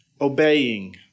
obeying